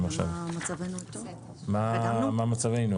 נצא להפסקה